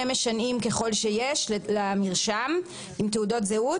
משנעים למרשם ככל שיש עם תעודות זהות.